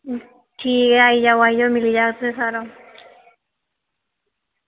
ठीक ऐ मिली जाह्ग तुसें ई सारा